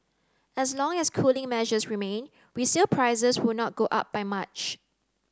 as long as cooling measures remain resale prices will not go up by much